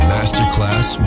Masterclass